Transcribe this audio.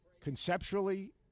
conceptually